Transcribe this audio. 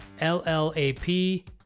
LLAP